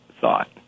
thought